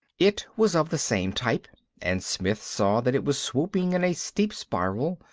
it was of the same type and smith saw that it was swooping in a steep spiral,